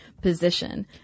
position